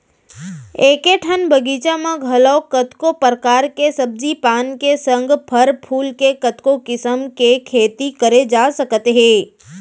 एके ठन बगीचा म घलौ कतको परकार के सब्जी पान के संग फर फूल के कतको किसम के खेती करे जा सकत हे